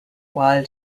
while